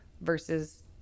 versus